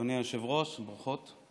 אדוני היושב-ראש, ברכות.